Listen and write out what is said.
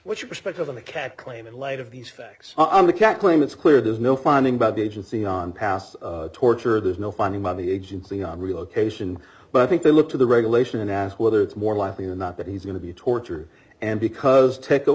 what your perspective on the cat claim in light of these facts i'm the can't claim it's clear there's no finding by the agency on past torture there's no finding by the agency on relocation but i think they look to the regulation and ask whether it's more likely than not that he's going to be torture and because t